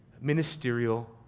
ministerial